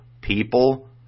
people